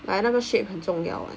买那个 shape 很重要 [one]